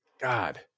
God